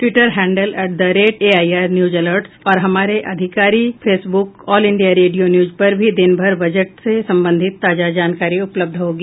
Twitter handle at the rate AIR news alerts और हमारे आधिकारिक Facebook page All India Radio News पर भी दिनभर बजट से संबंधित ताजा जानकारी उपलब्ध होगी